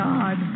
God